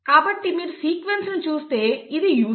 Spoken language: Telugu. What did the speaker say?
కాబట్టి మీరు సీక్వెన్స్ చూస్తే ఇది UCC